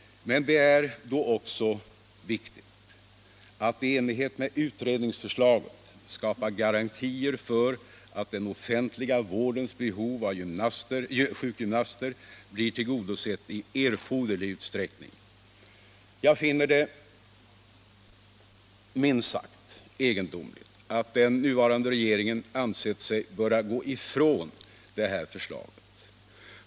Men det är då också viktigt att i enlighet med utredningsförslaget skapa garantier för att den offentliga vårdens behov av sjukgymnaster blir tillgodosett i erforderlig utsträckning. Jag finner det, minst sagt, egendomligt att den nuvarande regeringen ansett sig böra gå ifrån det här förslaget.